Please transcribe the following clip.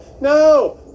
No